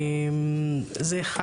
זה אחד.